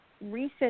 recent